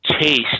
Taste